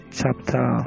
chapter